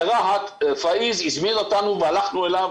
ברהט פאיז הזמין אותנו והלכנו אליו,